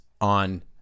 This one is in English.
on